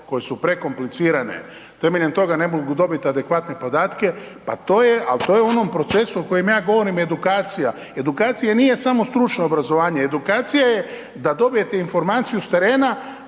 koje su prekomplicirane, temeljem toga ne mogu dobiti adekvatne podatke, pa to je, al to je u onom procesu o kojem ja govorim, edukacija. Edukacija nije samo stručno obrazovanje, edukacija je da dobijete informaciju s terena,